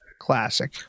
classic